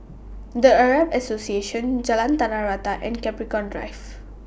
The Arab Association Jalan Tanah Rata and Capricorn Drive